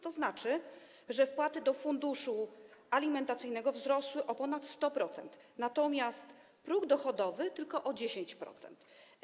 To znaczy, że wpłaty do funduszu alimentacyjnego wzrosły o ponad 100%, natomiast próg dochodowy - tylko o 10%.